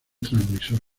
transmisor